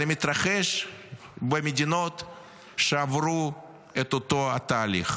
על המתרחש במדינות שעברו את אותו התהליך,